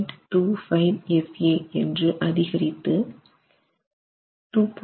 25F a என்று அதிகரிப்பு 2